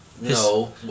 No